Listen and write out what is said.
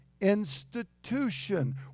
institution